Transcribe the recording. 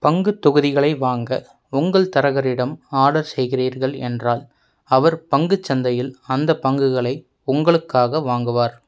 பங்குத் தொகுதிகளை வாங்க உங்கள் தரகரிடம் ஆர்டர் செய்கிறீர்கள் என்றால் அவர் பங்குச் சந்தையில் அந்த பங்குகளை உங்களுக்காக வாங்குவார்